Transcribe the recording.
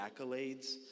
accolades